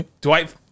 Dwight